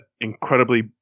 incredibly